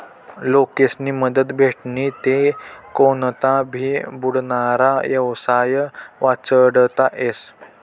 लोकेस्नी मदत भेटनी ते कोनता भी बुडनारा येवसाय वाचडता येस